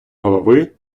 голови